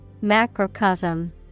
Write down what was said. Macrocosm